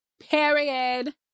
Period